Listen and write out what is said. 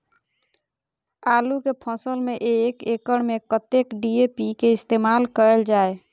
आलु केँ फसल मे एक एकड़ मे कतेक डी.ए.पी केँ इस्तेमाल कैल जाए?